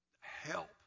help